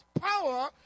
power